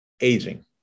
aging